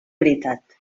veritat